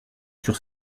sur